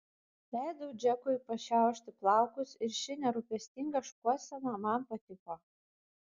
leidau džekui pašiaušti plaukus ir ši nerūpestinga šukuosena man patiko